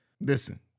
Listen